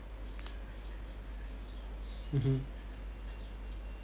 mmhmm